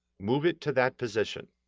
move it to that position.